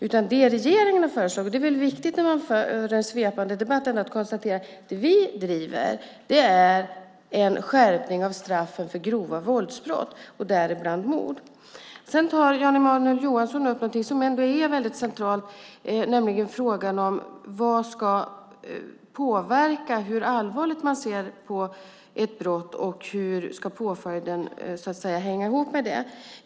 När det förs en svepande debatt är det viktigt att konstatera att det som vi driver är en skärpning av straffen för grova våldsbrott och däribland mord. Jan Emanuel Johansson tar upp någonting som är väldigt centralt, nämligen frågan om vad som ska påverka hur allvarligt man ser på ett brott och hur påföljden så att säga ska hänga ihop med det.